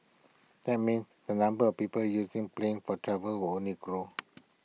that means the number of people using planes for travel will only grow